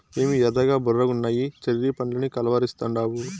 ఏమి ఎర్రగా బుర్రగున్నయ్యి చెర్రీ పండ్లని కలవరిస్తాండావు